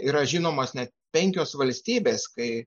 yra žinomos net penkios valstybės kai